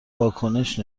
واکنش